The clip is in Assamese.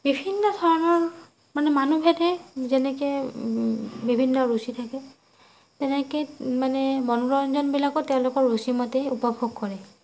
বিভিন্ন ধৰণৰ মানে মানুহ ভেদে যেনেকৈ বিভিন্ন ৰুচি থাকে তেনেকৈ মানে মনোৰঞ্জনবিলাকো তেওঁলোকৰ ৰুচিমতে উপভোগ কৰে